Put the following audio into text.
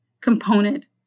component